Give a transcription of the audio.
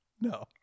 No